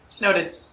Noted